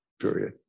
period